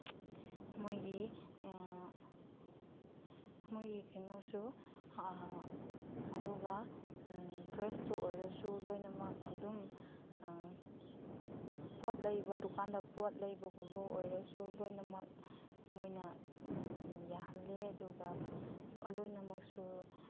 ꯃꯣꯏꯒꯤ ꯃꯣꯏꯒꯤ ꯀꯩꯅꯣꯁꯨ ꯑꯗꯨꯒ ꯗ꯭ꯔꯦꯁꯇ ꯑꯣꯏꯔꯁꯨ ꯂꯣꯏꯅꯃꯛ ꯑꯗꯨꯝ ꯄꯣꯠ ꯂꯩꯕ ꯗꯨꯀꯥꯟꯗ ꯄꯣꯠ ꯂꯩꯕꯒꯨꯝꯕ ꯑꯣꯏꯔꯁꯨ ꯂꯣꯏꯅꯃꯛ ꯃꯣꯏꯅ ꯌꯥꯍꯜꯂꯦ ꯑꯗꯨꯒ ꯂꯣꯏꯅꯃꯛꯁꯨ